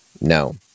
No